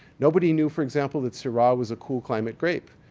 nobody knew for example, that sirah was a cool-climate grape.